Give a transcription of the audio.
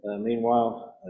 meanwhile